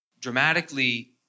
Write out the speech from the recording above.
dramatically